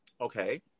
Okay